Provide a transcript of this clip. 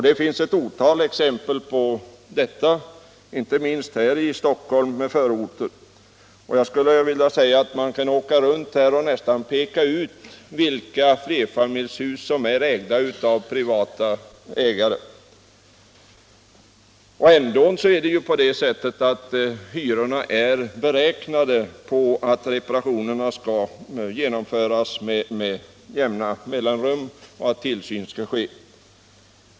Det finns ett otal exempel på detta, inte minst i Stockholm med förorter. Man kan nästan åka runt här och peka ut vilka flerfamiljshus som ägs av privata hyresvärdar. Ändå är ju hyrorna beräknade med hänsyn till att reparationer skall utföras med jämna mellanrum och att tillsyn skall ske.